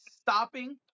stopping